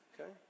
okay